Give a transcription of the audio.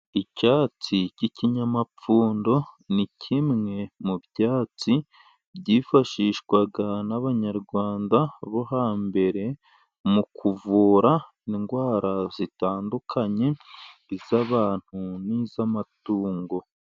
Icyatsi cy'ikinyamapfundo ni kimwe mu byatsi byifashishwaga n'abanyarwanda bo hambere mu kuvura indwara zitandukanye z'abantu n'iz'amatungo.